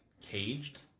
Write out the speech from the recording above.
caged